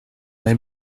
les